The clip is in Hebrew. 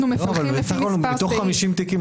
אנחנו מפלחים לפי מספר סעיף.